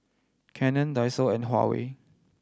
Canon Daiso and Huawei